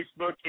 Facebook